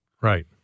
Right